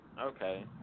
okay